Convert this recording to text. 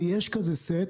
ויש כזה סט,